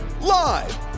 Live